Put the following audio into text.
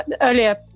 earlier